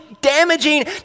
damaging